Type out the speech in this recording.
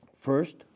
First